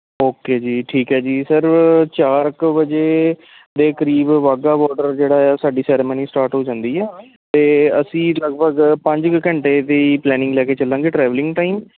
okay ਜੀ ਠੀਕ ਹੈ ਜੀ ਸਰ ਚਾਰ ਕੁ ਵਜੇ ਦੇ ਕਰੀਬ ਬਾਗਾ ਬੋਡਰ ਜਿਹੜਾ ਹੈ ਸਾਡੀ ਸੈਰੇਮਨੀ ਸਟਾਟ ਹੋ ਜਾਂਦੀ ਆ ਅਤੇ ਅਸੀਂ ਲਗਭਗ ਪੰਜ ਕੁ ਘੰਟੇ ਦੀ ਪਲੈਨਿੰਗ ਲੈ ਕੇ ਚਲਾਂਗੇ ਟਰੈਵਲਿੰਗ ਟਾਈਮ